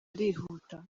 arihuta